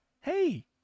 hey